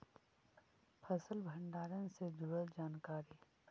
फसल भंडारन से जुड़ल जानकारी?